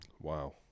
wow